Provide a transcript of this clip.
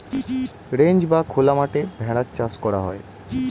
ranch বা খোলা মাঠে ভেড়ার চাষ করা হয়